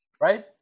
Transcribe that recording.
right